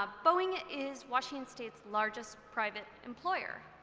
ah boeing is washington state's largest private employer.